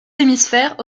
hémisphères